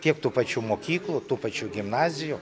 tiek tų pačių mokyklų tų pačių gimnazijų